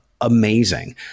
amazing